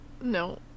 no